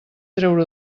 treure